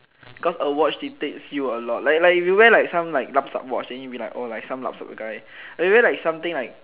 cause a watch dictates you a lot like like if you wear like some like lup-sup watch then you will be like oh some lup-sup guy but if you wear like something like